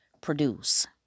produce